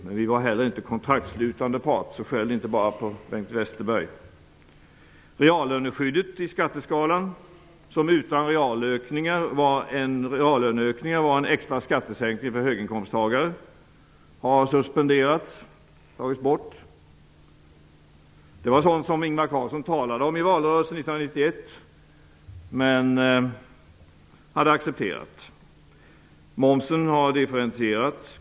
Men vi var heller inte kontraktsslutande part, så skäll inte bara på Bengt Reallöneskyddet i skatteskalan, som utan realökningar var en extra skattesänkning för höginkomsttagare, har tagits bort. Det var något som Ingvar Carlsson talade om i valrörelsen 1991 men som han accepterade. Momsen har differentierats.